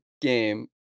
game